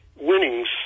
winnings